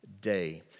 day